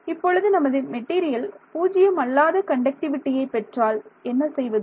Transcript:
இப்பொழுது நமது மெட்டீரியல் பூஜ்யமல்லாத கண்டக்டிவிடியை பெற்றால் என்ன செய்வது